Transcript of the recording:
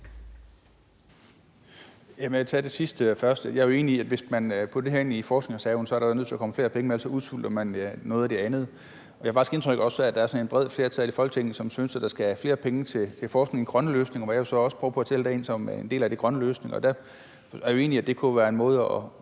mig tage det sidste først. Jeg er jo enig i, at hvis man putter det her ind i forskningsreserven, er der nødt til at komme flere penge med, ellers udsulter man noget af det andet. Jeg har faktisk også indtryk af, at der er sådan et bredt flertal i Folketinget, som synes, at der skal flere penge til forskning i grønne løsninger, hvor jeg så også prøver at sælge det som en del af den grønne løsning.